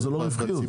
זה לא רווחיות.